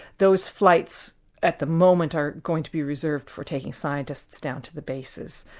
those flights at the moment are going to be reserved for taking scientists down to the bases.